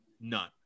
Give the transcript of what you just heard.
none